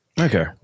Okay